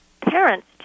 parents